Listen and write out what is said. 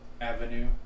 avenue